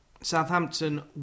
Southampton